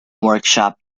workshop